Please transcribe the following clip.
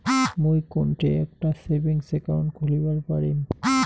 মুই কোনঠে একটা সেভিংস অ্যাকাউন্ট খুলিবার পারিম?